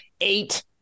eight